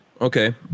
okay